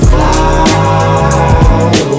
Fly